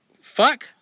Fuck